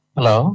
Hello